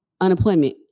unemployment